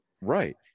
right